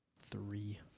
three